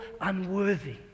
unworthy